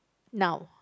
now